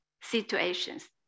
situations